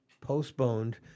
postponed